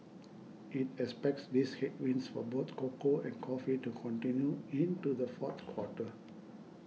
it expects these headwinds for both cocoa and coffee to continue into the fourth quarter